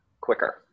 quicker